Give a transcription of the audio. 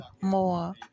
more